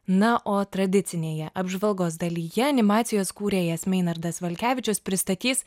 na o tradicinėje apžvalgos dalyje animacijos kūrėjas meinardas valkevičius pristatys